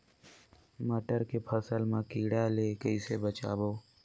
मटर के फसल मा कीड़ा ले कइसे बचाबो?